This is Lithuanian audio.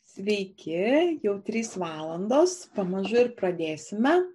sveiki jau trys valandos pamažu ir pradėsime